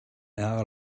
hour